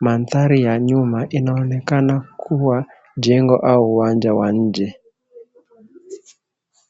Mandhari ya nyuma inaonekana kuwa jengo au uwanja wa nje.